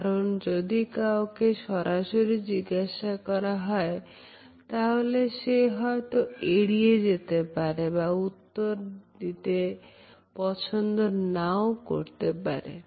কারণ যদি কাউকে সরাসরি জিজ্ঞাসা করা হয় তাহলে সে হয়তো এড়িয়ে যেতে পারে বা উত্তর দিতে পছন্দ নাও করতে পারে